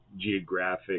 geographic